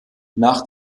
nach